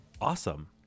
awesome